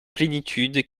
plénitude